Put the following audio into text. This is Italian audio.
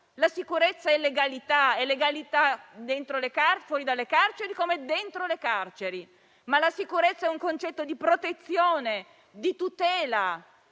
La sicurezza è legalità fuori dalle carceri come dentro le carceri. La sicurezza è un concetto di protezione e di tutela.